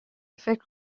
فکر